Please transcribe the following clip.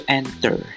enter